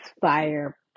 fire